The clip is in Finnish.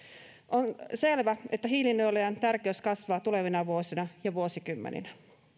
on selvä että hiilinielujen tärkeys kasvaa tulevina vuosina ja vuosikymmeninä